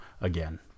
again